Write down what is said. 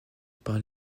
par